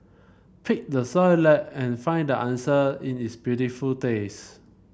pick the Soy Latte and find the answer in its beautiful taste